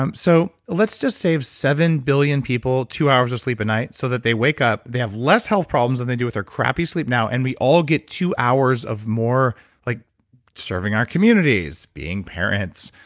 um so, let's just save seven billion people two hours of sleep at night so that they wake up, they have less health problems than they do with their crappy sleep now, and we all get two hours of more like serving our communities, being parents,